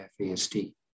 FASD